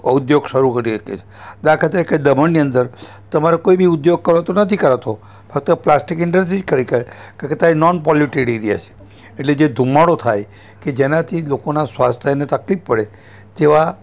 ઉદ્યોગ શરૂ કરી શકીએ દાખલા તરીકે દમણની અંદર તમારો કોઇ બી ઉદ્યોગ કરો તો નથી કરાતો હવે તો પ્લાસ્ટિક ઇન્ડસ્ટ્રી જ કરી કરે કારણ કે તે નોન પોલ્યુટેડ એરિયા છે એટલે જે ધૂમાડો થાય કે જેનાથી લોકોના સ્વાસ્થ્ય ને તકલીફ પડે તેવા